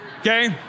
okay